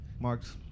Mark's